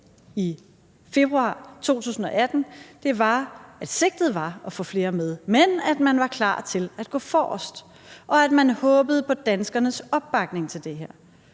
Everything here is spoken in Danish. i februar 2018, var, at sigtet var at få flere med, men at man var klar til at gå forrest, og at man håbede på danskernes opbakning til det her.